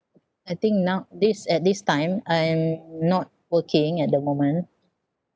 I think now this at this time I am not working at the moment